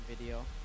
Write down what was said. video